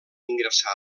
ingressà